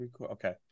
Okay